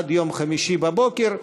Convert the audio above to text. עד יום חמישי בבוקר,